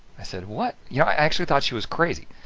i said what? you know, i actually thought she was crazy,